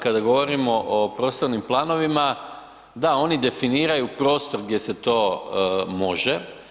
Kada govorimo o prostornim planovima, da oni definiraju prostor gdje se to može.